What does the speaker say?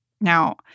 Now